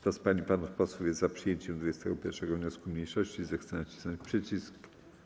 Kto z pań i panów posłów jest za przyjęciem 21. wniosku mniejszości, zechce nacisnąć przycisk.